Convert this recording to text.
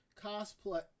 cosplay